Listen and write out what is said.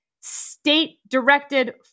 state-directed